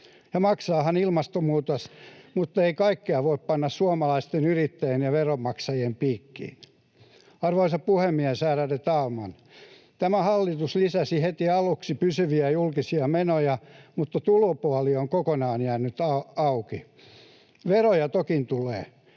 maksaahan ilmastonmuutos, mutta ei kaikkea voi panna suomalaisten yrittäjien ja veronmaksajien piikkiin. Arvoisa puhemies, ärade talman! Tämä hallitus lisäsi heti aluksi pysyviä julkisia menoja, mutta tulopuoli on kokonaan jäänyt auki. Veroja toki tulee: